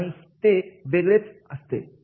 आणि ते वेगळेच असते